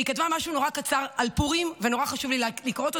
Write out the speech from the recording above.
היא כתבה משהו נורא קצר על פורים ונורא חשוב לי לקרוא אותו,